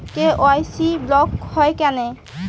KYC block হয় কেনে?